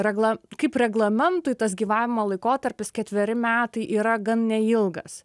regla kaip reglamentui tas gyvavimo laikotarpis ketveri metai yra gan neilgas